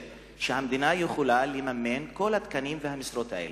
שהמדינה יכולה לממן את כל התקנים והמשרות האלה.